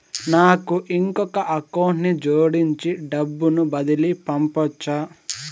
నాకు ఇంకొక అకౌంట్ ని జోడించి డబ్బును బదిలీ పంపొచ్చా?